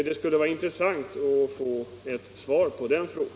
Det skulle vara intressant att få ett svar på den frågan.